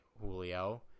julio